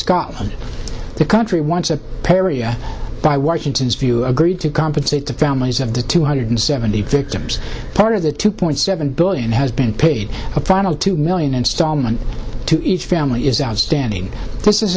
scotland the country wants a parrot by washington's view agreed to compensate the families of the two hundred seventy victims part of the two point seven billion has been paid a final two million instalment to each family is outstanding this is